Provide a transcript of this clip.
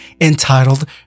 entitled